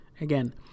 Again